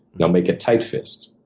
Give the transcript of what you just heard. now make a tight fist.